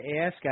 ask